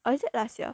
or is it last year